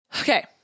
Okay